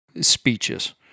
speeches